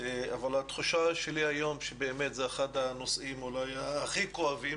אבל התחושה שלי היום שבאמת זה אחד הנושאים אולי הכי כואבים